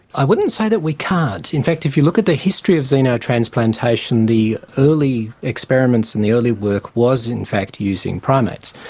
i wouldn't say that we can't. in fact, if you look at the history of xenotransplantation the early experiments and the early work was, in fact, using primates.